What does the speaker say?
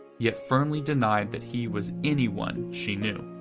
yet firmly denied that he was anyone she knew.